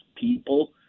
people